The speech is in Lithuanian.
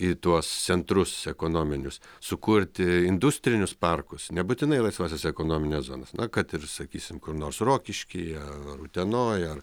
į tuos centrus ekonominius sukurti industrinius parkus nebūtinai laisvąsias ekonomines zonas na kad ir sakysim kur nors rokiškyje ar utenoj